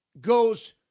goes